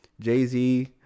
Jay-Z